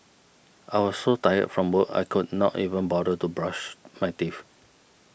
I was so tired from work I could not even bother to brush my teeth